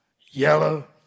yellow